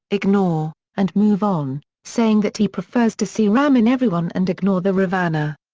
ignore, and move on, saying that he prefers to see ram in everyone and ignore the ravana.